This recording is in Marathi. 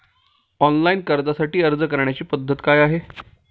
ऑनलाइन कर्जासाठी अर्ज करण्याची पद्धत काय आहे?